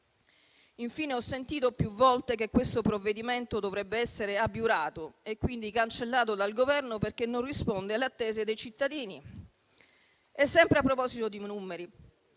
Infine, ho sentito più volte che questo provvedimento dovrebbe essere abiurato e, quindi, cancellato dal Governo perché non risponde alle attese dei cittadini. Sempre a proposito di numeri,